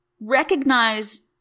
recognize